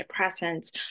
antidepressants